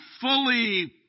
fully